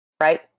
right